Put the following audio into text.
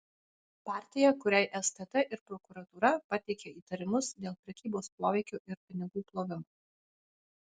partija kuriai stt ir prokuratūra pateikė įtarimus dėl prekybos poveikiu ir pinigų plovimo